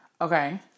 Okay